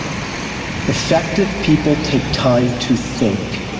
effective people take time to think.